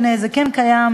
לא שמנו לב.